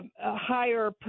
higher